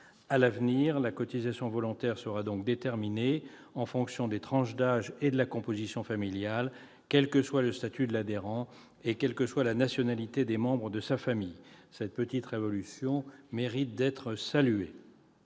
À l'avenir, la cotisation volontaire sera déterminée en fonction des tranches d'âge et de la composition familiale, quel que soit le statut de l'adhérent et quelle que soit la nationalité des membres de sa famille. Cette petite révolution mérite d'être saluée.